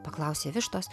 paklausė vištos